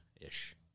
ish